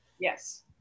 Yes